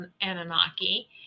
Anunnaki